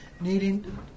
needing